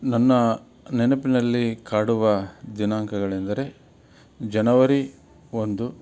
ನನ್ನ ನೆನಪಿನಲ್ಲಿ ಕಾಡುವ ದಿನಾಂಕಗಳೆಂದರೆ ಜನವರಿ ಒಂದು